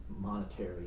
monetary